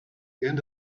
end